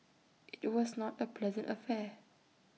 IT was not A pleasant affair